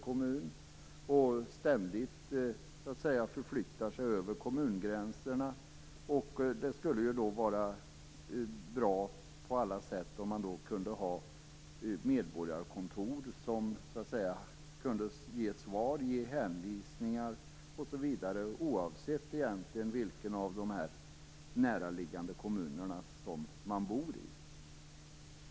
De förflyttar sig ständigt över kommungränserna. Det skulle därför på alla sätt vara bra om man kunde ha medborgarkontor som kunde ge svar, hänvisningar osv. oavsett vilken av de här näraliggande kommunerna man bor i.